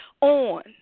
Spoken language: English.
on